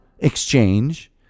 exchange